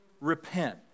repent